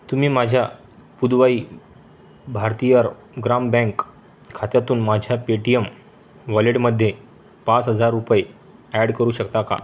तुम्ही माझ्या पुदुवाई भारतीयार ग्राम बँक खात्यातून माझ्या पेटीएम वॉलेटमध्ये पाच हजार रुपये ॲड करू शकता का